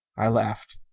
i laughed.